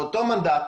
לאותו מנדט